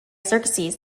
xerxes